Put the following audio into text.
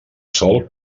sol